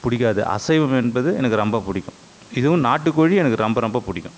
பிடிக்காது அசைவம் என்பது எனக்கு ரொம்ப பிடிக்கும் இதுவும் நாட்டுக்கோழி எனக்கு ரொம்ப ரொம்ப பிடிக்கும்